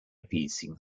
piercing